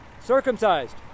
circumcised